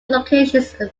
locations